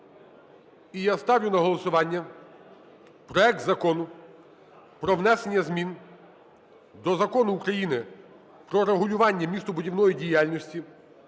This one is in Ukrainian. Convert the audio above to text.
І я ставлю на голосування проект Закону про внесення змін до Закону України "Про регулювання містобудівної діяльності"